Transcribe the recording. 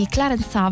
Clarence